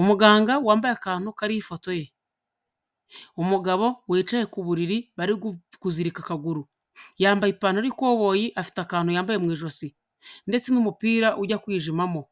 Umuganga wambaye akantu kariho ifoto ye, umugabo wicaye ku buriri bari kuzirika akaguru. Yambaye ipantaro y'ikoboyi, afite akantu yambaye mu ijosi ndetse n'umupira ujya kwijimamo.